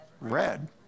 Red